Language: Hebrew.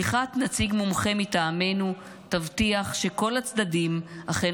שליחת נציג מומחה מטעמנו תבטיח שכל הצדדים אכן